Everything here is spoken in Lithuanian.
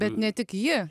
bet ne tik ji